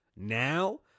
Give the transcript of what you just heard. Now